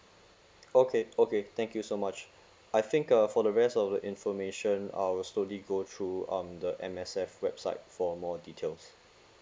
okay okay thank you so much I think uh for the rest of the information I will slowly go through um the M_S_F website for more details